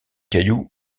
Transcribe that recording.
cailloux